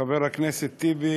חבר הכנסת טיבי,